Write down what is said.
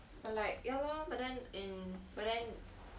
but like ya loh but then mm but then